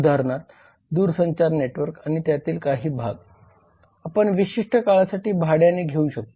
उदाहरणार्थ दूरसंचार नेटवर्क आणि त्यातील काही भाग आपण विशिष्ट काळासाठी भाड्याने घेऊ शकतो